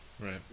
Right